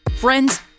Friends